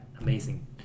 amazing